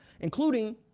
including